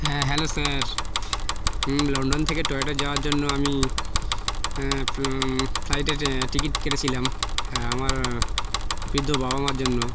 হ্যাঁ hello sir London থেকে টোয়টো যাওয়ার জন্য আমি ফ্লাইটে টিকিট কেটেছিলাম হ্যাঁ আমার বৃদ্ধ বাবা মার জন্য